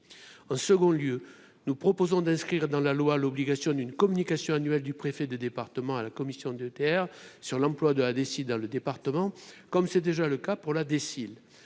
en second lieu, nous proposons d'inscrire dans la loi l'obligation d'une communication annuel du préfet des départements à la commission DETR sur l'emploi de la décide, dans le département, comme c'est déjà le cas pour la